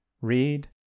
read